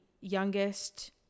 youngest